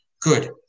Good